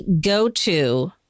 go-to